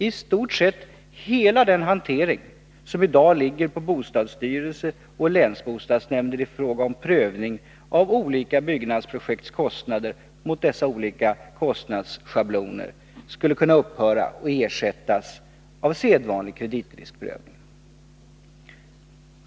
I stort sett hela den hantering som i dag ligger på bostadsstyrelse och länsbostadsnämnder i fråga om prövning av olika byggnadsprojekts kostnader mot dessa olika kostnadsschabloner skulle kunna upphöra och ersättas av sedvanlig kreditriskprövning.